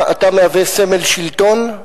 אתה מהווה סמל שלטון,